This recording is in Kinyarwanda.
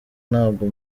ntabwo